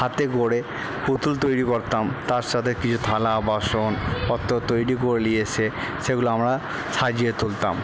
হাতে গড়ে পুতুল তৈরি করতাম তার সাথে কিছু থালা বাসন পত্র তৈরি করে নিয়ে এসে সেগুলো আমরা সাজিয়ে তুলতাম